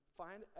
find